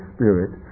Spirit